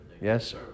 Yes